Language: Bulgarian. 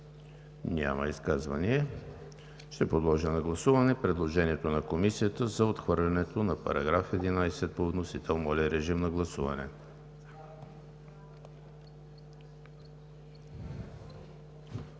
Няма изказвания. Ще подложа на гласуване предложението на Комисията за отхвърлянето на § 11 по вносител. Моля, гласувайте.